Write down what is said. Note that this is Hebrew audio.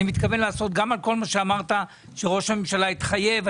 אני מתכוון לעשות גם על כל מה שאמרת שראש הממשלה התחייב.